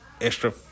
extra